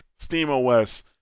SteamOS